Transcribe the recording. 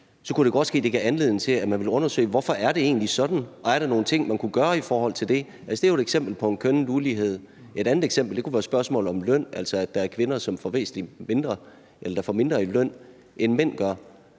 Så kunne det godt ske, at det gav anledning til, at man ville undersøge, hvorfor det egentlig er sådan, og om der er nogle ting, man kunne gøre i forhold til det. Altså, det er jo et eksempel på en kønnet ulighed. Et andet eksempel kunne være spørgsmålet om løn, altså at der er kvinder, der får mindre i løn, end mænd gør,